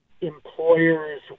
employers